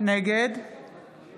נגד יוראי להב הרצנו,